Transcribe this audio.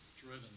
Driven